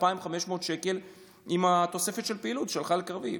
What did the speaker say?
2,500 שקל עם התוספת של הפעילות של חייל קרבי.